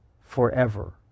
forever